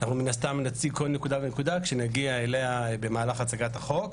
אנחנו מן הסתם נציג כל נקודה ונקודה כשנגיע אליה במהלך הצגת החוק.